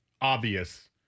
obvious